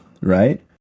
Right